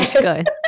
good